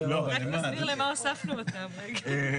רק נסביר למה הוספנו אותם, רגע.